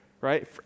right